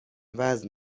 وزن